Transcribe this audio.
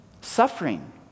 suffering